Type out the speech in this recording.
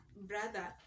brother